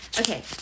Okay